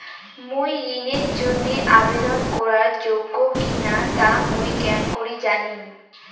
মুই ঋণের জন্য আবেদন করার যোগ্য কিনা তা মুই কেঙকরি জানিম?